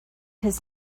his